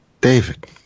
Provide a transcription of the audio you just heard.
David